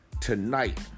Tonight